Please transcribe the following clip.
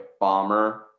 bomber